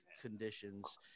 conditions